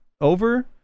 over